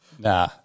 Nah